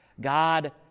God